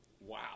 wow